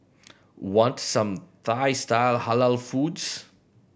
want some Thai style Halal foods